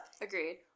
Agreed